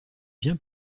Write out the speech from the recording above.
bien